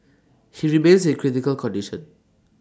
he remains in critical condition